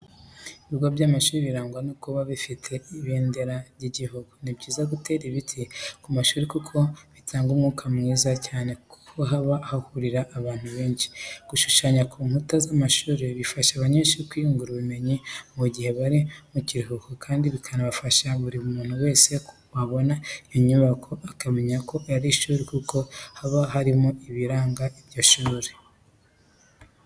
Ibigo by'amashuri biragwa no kuba bifite ibendera ry'igihugu, ni byiza gutera ibiti ku mashuri kuko bitanga umwuka mwiza cyane ko haba hahurira abantu benshi. Gushushanya ku nkuta z'amashuri bifasha abanyeshuri kwiyungura ubumenyi mu gihe bari mu kiruhuko kandi binafasha buri muntu wese wabona iyo nyubako akamenya ko ari ishuri kuko haba hariho n'ibiranga iryo shuri.